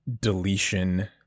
deletion